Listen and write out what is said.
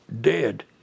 dead